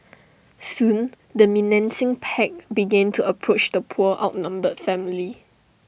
soon the menacing pack began to approach the poor outnumbered family